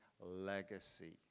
legacy